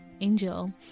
Angel